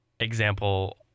Example